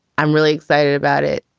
i'm really excited about it.